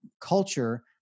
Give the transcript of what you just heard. culture